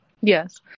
Yes